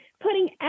putting